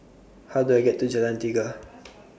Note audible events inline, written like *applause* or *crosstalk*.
How Do I get to Jalan Tiga *noise*